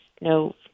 no